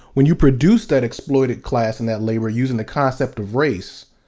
when you produce that exploited class and that labor using the concept of race,